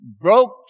broke